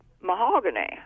Mahogany